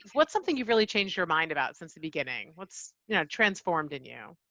what's something you've really changed your mind about since the beginning? what's you know transformed in you?